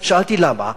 שאלתי: למה?